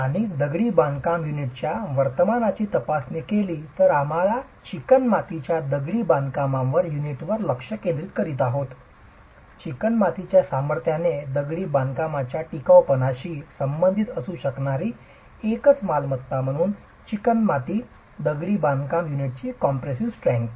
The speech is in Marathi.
आम्ही दगडी बांधकाम युनिटच्या वर्तनाची तपासणी केली आम्ही आता चिकणमातीच्या दगडी बांधकामा युनिटवर लक्ष केंद्रित करीत आहोत चिकणमातीच्या सामर्थ्याने दगडी बांधकामाच्या टिकाऊपणाशी संबंधित असू शकणारी एकच मालमत्ता म्हणून चिकणमाती दगडी बांधकाम युनिटची कॉम्प्रेसीव स्ट्रेंग्थ